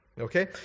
okay